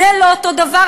זה לא אותו דבר,